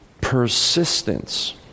persistence